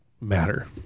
matter